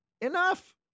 Enough